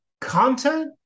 content